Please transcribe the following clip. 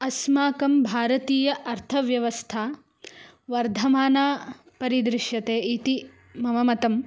अस्माकं भारतीय अर्थव्यवस्था वर्धमाना परिदृश्यते इति मम मतम्